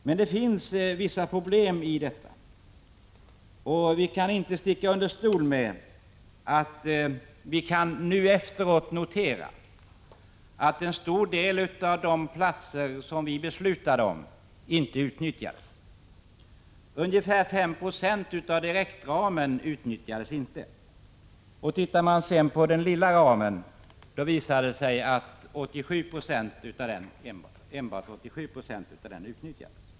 Men det finns vissa problem. Vi kan inte sticka under stol med att vi nu efteråt kan notera att en stor del av de platser som vi har beslutat om inte utnyttjas. Ungefär 5 96 av platserna inom den s.k. direktramen utnyttjas inte. Om man ser på den s.k. lilla ramen, visar det sig att enbart 87 960 av denna utnyttjas.